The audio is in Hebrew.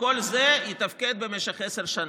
וכל זה יתפקד במשך עשר שנים.